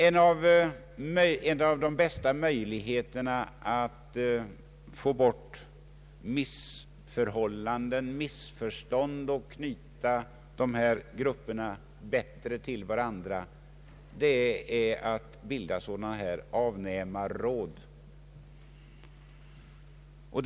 En av de bästa möjligheterna att undanröja missförhållanden och missförstånd för att knyta dessa grupper bättre till varandra är att bilda avnämarråd av det slag som vi har föreslagit.